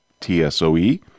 TSOE